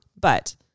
but-